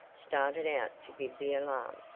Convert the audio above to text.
started out to give the alarm.